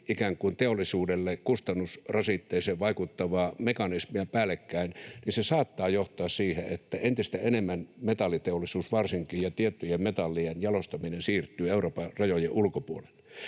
ikään kuin teollisuudelle kustannusrasitteeseen vaikuttavaa mekanismia päällekkäin, niin se saattaa johtaa siihen, että entistä enemmän metalliteollisuus varsinkin, ja tiettyjen metallien jalostaminen, siirtyy Euroopan rajojen ulkopuolelle.